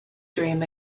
dream